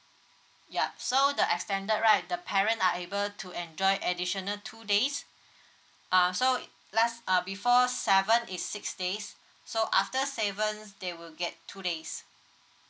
yup so the extended right the parent are able to enjoy additional two days err so last err before seven is six days so after saven they will get two days